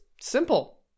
simple